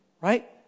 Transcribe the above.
Right